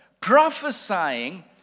prophesying